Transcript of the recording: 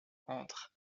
entre